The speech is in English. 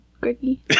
Greggy